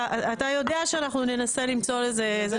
אתה יודע שאנחנו ננסה למצוא לזה.